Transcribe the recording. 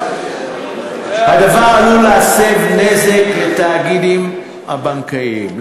הדבר עלול להסב נזק לתאגידים הבנקאיים,